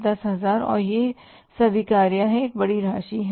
10000 और यह स्वीकार्य बड़ी राशि है